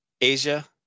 Asia